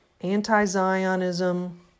anti-Zionism